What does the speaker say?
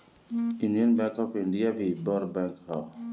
union bank of India भी बड़ bank हअ